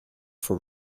for